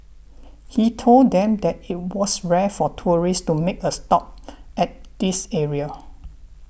he told them that it was rare for tourists to make a stop at this area